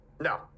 No